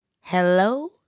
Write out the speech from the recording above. Hello